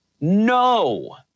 no